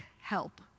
help